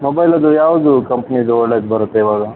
mobile ಅದು ಯಾವುದು ಕಂಪ್ನೀದು ಒಳ್ಳೇದು ಬರುತ್ತೆ ಇವಾಗ